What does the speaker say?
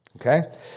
Okay